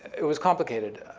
it was complicated.